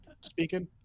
speaking